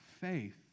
faith